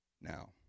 Now